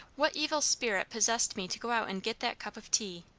what evil spirit possessed me to go out and get that cup of tea?